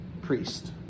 priest